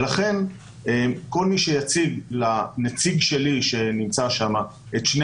לכן כל מי שיציג לנציג שלי שנמצא שם את שני